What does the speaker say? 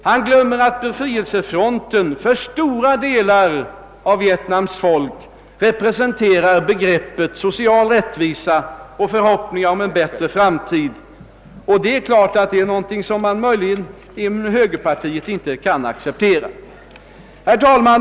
Han glömmer att befrielsefronten för stora delar av Vietnams folk representerar social rättvisa och innebär förhoppningar om en bättre framtid — vilket kanske inte är någonting som man kan acceptera inom högerpartiet.